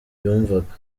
yumvaga